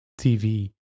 tv